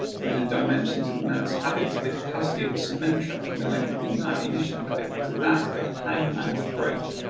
the the dimensions of a nun's habit to the capacity of a cement truck and the length of an ammunition clip to that of a hangman's rope.